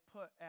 put